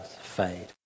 fade